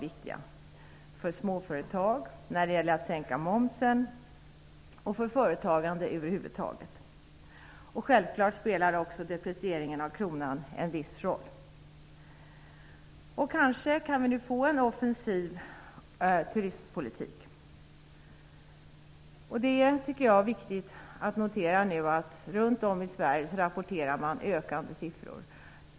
Man har gjort insatser för småföretag, för att sänka momsen och för företagande över huvud taget. Deprecieringen av kronan spelar självfallet också en viss roll. Nu kan vi kanske få en offensiv turistpolitik. Jag tycker att det är viktigt att notera att man runt om i Sverige rapporterar ökande siffror.